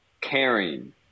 caring